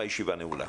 הישיבה נעולה.